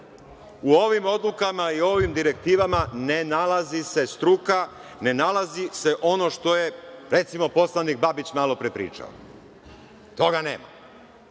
u ovim odlukama i u ovim direktivama ne nalazi se struka, ne nalazi se ono što je, recimo, poslanik Babić malopre pričao. Toga nema,